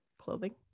clothing